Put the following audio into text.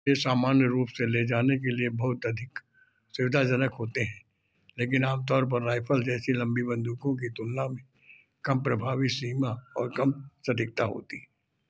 के सामान्य रूप से ले जाने के लिए बहुत अधिक सुविधाजनक होते हैं लेकिन आमतौर पर राइफ़ल जैसी लम्बी बंदूकों की तुलना में कम प्रभावी सीमा और कम सटीकता होती